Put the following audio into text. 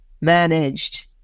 managed